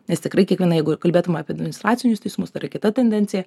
nes tikrai kiekviena jeigu kalbėtume apie administracinius teismus ar kita tendencija